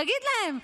תגיד להם,